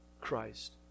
Christ